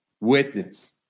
witness